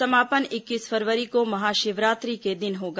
समापन इक्कीस फरवरी को महाशिवरात्रि के दिन होगा